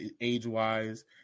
age-wise